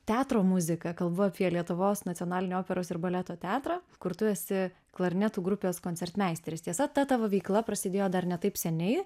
teatro muzika kalbu apie lietuvos nacionalinio operos ir baleto teatrą kur tu esi klarnetų grupės koncertmeisteris tiesa ta tavo veikla prasidėjo dar ne taip seniai